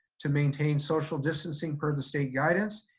to maintain social distancing per the state guidance,